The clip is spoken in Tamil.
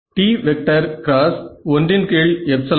T1r